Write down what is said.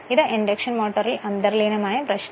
ഇതാണ് ഇൻഡക്ഷൻ മോട്ടോറിൽ അന്തർലീനമായ പ്രശ്നം